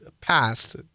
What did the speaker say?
passed